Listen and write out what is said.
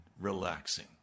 relaxing